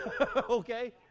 Okay